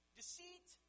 deceit